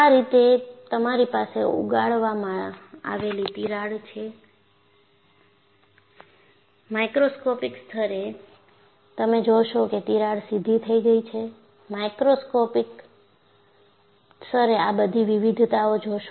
આ રીતે તમારી પાસે ઉગાડવામાં આવેલી તિરાડ છે માઈક્રોસ્કોપિક સ્તરે તમે જોશો કે તિરાડ સીધી થઈ ગઈ છે માઇક્રોસ્કોપિક સ્તરે આ બધી વિવિધતાઓ જોશો